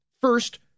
First